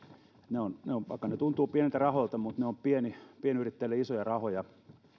mukaan vaikka ne tuntuvat pieniltä rahoilta ne ovat pienyrittäjille isoja rahoja